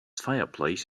fireplace